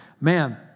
Man